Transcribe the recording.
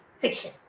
fiction